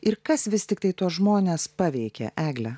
ir kas vis tiktai tuos žmones paveikė egle